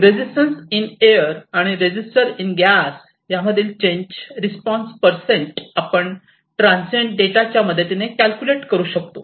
resistance in air आणि resistance in gas यामधील change response percent आपण ट्रांसीएंट डेटा च्या मदतीने कॅल्क्युलेट करू शकतो